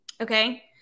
okay